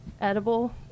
edible